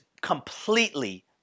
completely